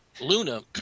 Luna